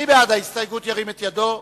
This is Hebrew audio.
מי בעד ההסתייגות, ירים את ידו.